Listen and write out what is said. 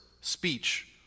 speech